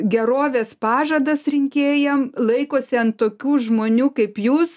gerovės pažadas rinkėjam laikosi ant tokių žmonių kaip jūs